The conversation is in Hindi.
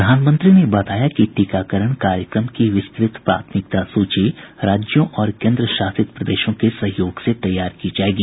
प्रधानमंत्री ने बताया कि टीकाकरण कार्यक्रम की विस्तृत प्राथमिकता सूची राज्यों और केन्द्रशासित प्रदेशों के सहयोग से तैयार की जायेगी